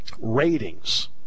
Ratings